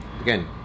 again